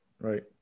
Right